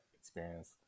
experience